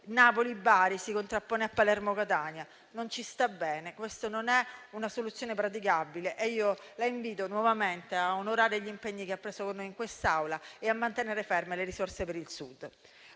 Napoli-Bari si contrappone a Palermo-Catania. Non ci sta bene, non è una soluzione praticabile e io la invito nuovamente a onorare gli impegni che ha preso con noi in quest'Aula e mantenere ferme le risorse per il Sud.